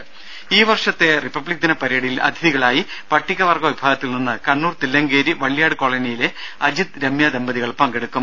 രദര ഈ വർഷത്തെ റിപ്പബ്ലിക് ദിന പരേഡിൽ അതിഥികളായി പട്ടിക വർഗ്ഗ വിഭാഗത്തിൽ നിന്നും കണ്ണൂർ തില്ലങ്കേരി വള്ളിയാട് കോളനിയിലെ അജിത് രമ്യ ദമ്പതികൾ പങ്കെടുക്കും